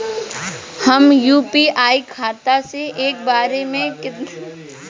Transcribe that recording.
हम यू.पी.आई खाता से एक बेर म केतना पइसा भेज सकऽ तानि?